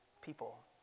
people